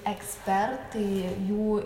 ekspertai jų